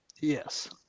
yes